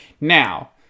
Now